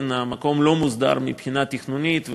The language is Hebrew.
המקום לא מוסדר מבחינה תכנונית,